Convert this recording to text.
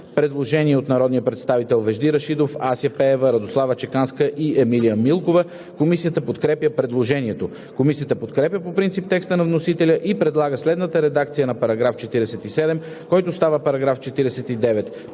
предложение от народните представители Вежди Рашидов, Ася Пеева, Радослава Чеканска и Емилия Милкова. Комисията подкрепя предложението. Комисията подкрепя по принцип текста на вносителя и предлага следната редакция на § 47, който става § 49: „§ 49.